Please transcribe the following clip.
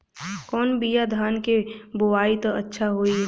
कौन बिया धान के बोआई त अच्छा होई?